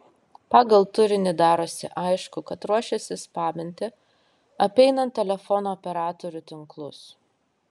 pagal turinį darosi aišku kad ruošiasi spaminti apeinant telefono operatorių tinklus